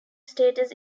status